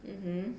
mmhmm